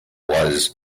was